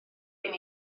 gen